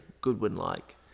Goodwin-like